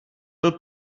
byl